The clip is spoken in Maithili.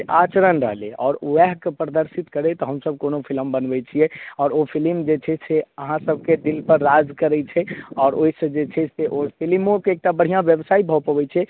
से आचरण रहलै आओर वहएके प्रदर्शित करैत हम सब कोनो फिलम बनबै छियै आओर ओ फिलिम जे छै से अहाँ सबके दिल पर राज करै छै आओर ओहि से जे ओहि फिलिमोके एक टा बढ़िऑं व्यवसाय भऽ पबै छै